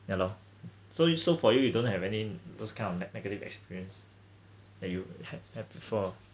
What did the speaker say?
ya lor so you so for you you don't have any those kind of like negative experience that you ha~ had before